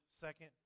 second